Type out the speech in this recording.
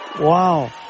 Wow